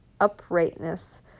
uprightness